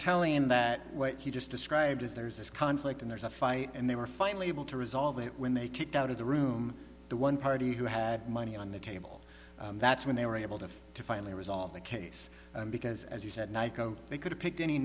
telling that what he just described is there is this conflict and there's a fight and they were finally able to resolve it when they kicked out of the room the one party who had money on the table that's when they were able to to finally resolve the case because as you said nyco they could've picked any